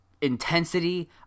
intensity